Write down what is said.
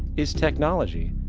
is technology,